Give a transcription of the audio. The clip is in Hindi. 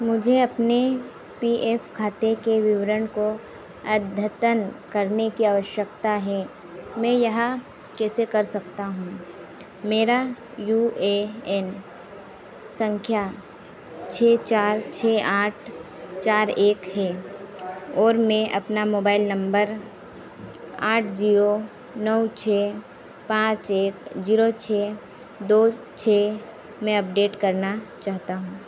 मुझे अपने पी एफ खाते के विवरण को अद्यतन करने की आवश्यकता है मैं यहाँ कैसे कर सकता हूँ मेरा यू ए एन सँख्या छह चार छह आठ चार एक है और मैं अपना मोबाइल नम्बर आठ ज़ीरो नौ छह पाँच एक ज़ीरो छह दो छह में अपडेट करना चाहता हूँ